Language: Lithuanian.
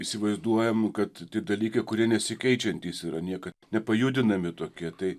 įsivaizduojam kad tie dalykai kurie nesikeičiantys yra niekad nepajudinami tokie tai